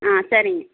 ஆ சரிங்க